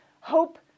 hope